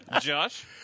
Josh